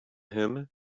him